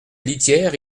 litière